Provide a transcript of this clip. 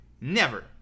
Never